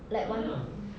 like one